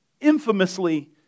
infamously